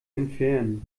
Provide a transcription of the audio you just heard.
entfernen